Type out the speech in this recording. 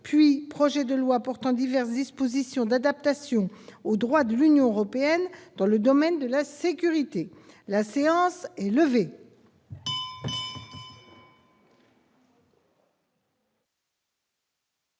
Projet de loi portant diverses dispositions d'adaptation au droit de l'Union européenne dans le domaine de la sécurité (procédure accélérée)